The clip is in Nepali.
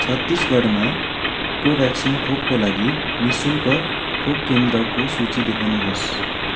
छत्तिसगढमा को भ्याक्सिन खोपको लागि नि शुल्क खोप केन्द्रको सूची देखाउनु होस्